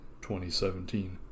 2017